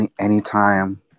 anytime